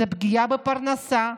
זו פגיעה בפרנסה,